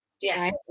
Yes